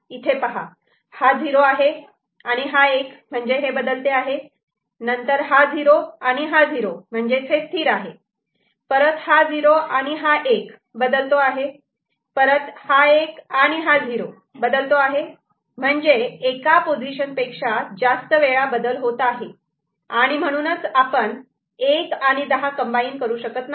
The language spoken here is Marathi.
तर इथे पहा हा झिरो आहे आणि हा एक म्हणजे हे बदलते आहे नंतर हा झिरो आणि हा झिरो म्हणजेच हे स्थिर आहे परत हा झिरो आणि हा एक बदलतो आहे परत हा एक आणि हा झिरो बदलतो आहे म्हणजे एका पोझिशन पेक्षा जास्त वेळा बदल होत आहे आणि म्हणूनच आपण एक आणि दहा कम्बाईन करू शकत नाही